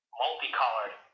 multicolored